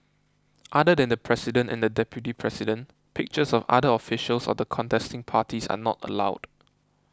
other than the president and the deputy president pictures of other officials of the contesting parties are not allowed